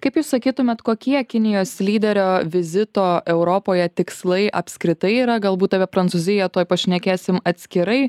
kaip jūs sakytumėt kokie kinijos lyderio vizito europoje tikslai apskritai yra galbūt apie prancūziją tuoj pašnekėsim atskirai